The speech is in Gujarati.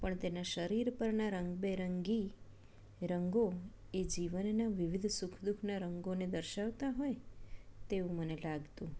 પણ તેના શરીર પરના રંગબેરંગી રંગો એ જીવનના વિવિધ સુખદુખના રંગોને દર્શાવતા હોય તેવું મને લાગે છે